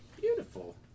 beautiful